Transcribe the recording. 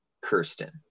Kirsten